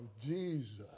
Jesus